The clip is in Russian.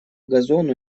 газону